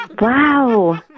Wow